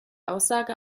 aussage